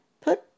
Put